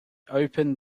opened